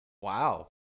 wow